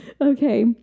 okay